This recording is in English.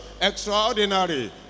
extraordinary